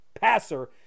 passer